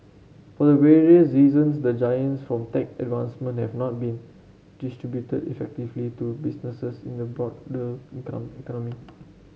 for various reasons the gains from tech advancement have not been distributed effectively to businesses in the broader economy